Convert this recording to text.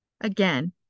Again